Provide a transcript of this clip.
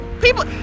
people